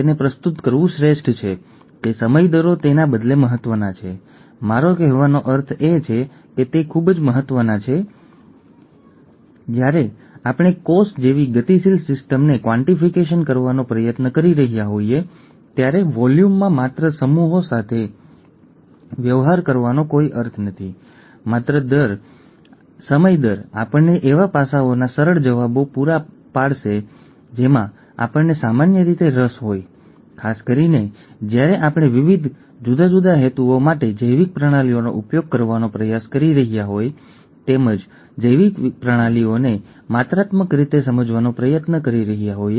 તેમાં આનુવંશિક આધારની જાતે જ ખૂબ સરસ ઝાંખી છે અને તે ડાઉન સિન્ડ્રોમનો પરિચય આપે છે અને પછી તે ઘણા સંશોધન પાસાઓમાં પ્રવેશે છે જે આ કોર્સથી થોડો આગળ હોઈ શકે છે સંશોધનના પાસાઓ પ્રથમ ત્રણ મિનિટ ખૂબ સરસ છે હું ભલામણ કરીશ કે તમે આ વિડિઓની પ્રથમ ત્રણ મિનિટ જુઓ